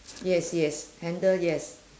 yes yes handle yes